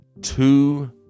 two